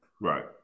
Right